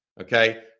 Okay